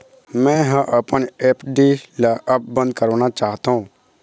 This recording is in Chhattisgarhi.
मै ह अपन एफ.डी ला अब बंद करवाना चाहथों